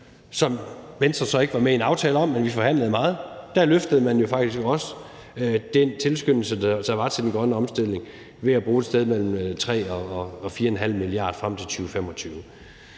som Venstre så ikke var med i en aftale om, men som vi forhandlede meget om, løftede man faktisk også den tilskyndelse, der var, til den grønne omstilling ved at bruge et sted mellem 3 og 4,5 mia. kr. frem til 2025.